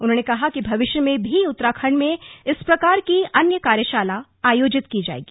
उन्होंने कहा कि भविष्य में भी उत्तराखण्ड में इस प्रकार के अन्य कार्यशाला आयोजित की जायेगी